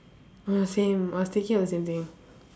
ah same I was thinking of the same thing